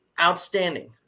outstanding